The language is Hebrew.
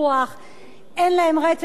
אין להם רצף תעסוקתי,